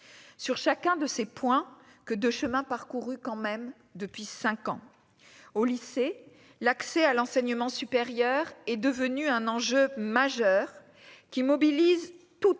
sur chacun de ces points, que de chemin parcouru quand même depuis 5 ans au lycée, l'accès à l'enseignement supérieur est devenue un enjeu majeur qui mobilise toutes